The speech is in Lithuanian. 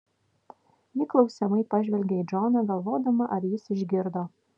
ji klausiamai pažvelgia į džoną galvodama ar jis išgirdo